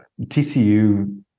TCU